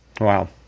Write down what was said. Wow